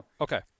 Okay